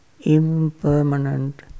impermanent